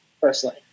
personally